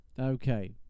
Okay